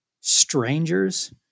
strangers